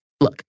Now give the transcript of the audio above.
Look